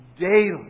daily